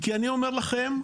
כי אני אומר לכם,